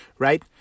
Right